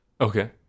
Okay